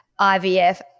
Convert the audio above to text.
IVF